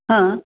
हां